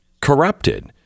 corrupted